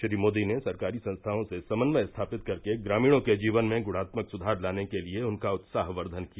श्री मोदी ने सरकारी संस्थाओं से समन्वय स्थापित करके ग्रामीणों के जीवन में गुणात्मक सुधार लाने के लिए उनका उत्साहवर्धन किया